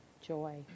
joy